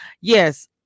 Yes